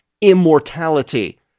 immortality